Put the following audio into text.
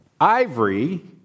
ivory